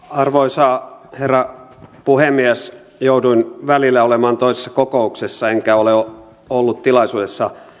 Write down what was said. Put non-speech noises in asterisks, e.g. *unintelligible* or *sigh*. *unintelligible* arvoisa herra puhemies jouduin välillä olemaan toisessa kokouksessa eikä minulla ole ollut tilaisuutta